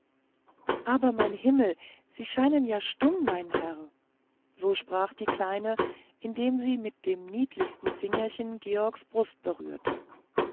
aber mein himmel sie scheinen ja stumm mein herr so sprach die kleine indem sie mit den niedlichsten fingerchen georgs brust berührte